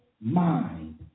mind